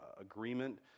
agreement